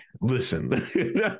listen